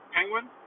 Penguin